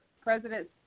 President